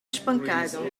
espancado